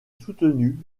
soutenu